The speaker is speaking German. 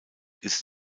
ist